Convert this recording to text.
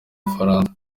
bufaransa